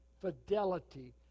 fidelity